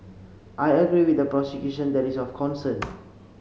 I agree with the prosecution that is of concern